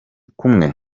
kumwe